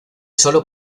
solo